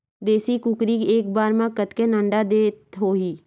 देशी कुकरी एक बार म कतेकन अंडा देत होही?